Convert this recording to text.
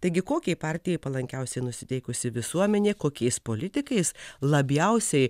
taigi kokiai partijai palankiausiai nusiteikusi visuomenė kokiais politikais labiausiai